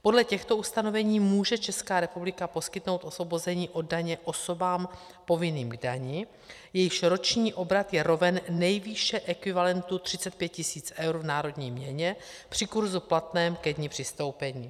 Podle těchto ustanovení může Česká republika poskytnout osvobození od daně osobám povinným k dani, jejichž roční obrat je roven nejvýše ekvivalentu 35 tisíc eur v národní měně při kurzu platném ke dni přistoupení.